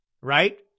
right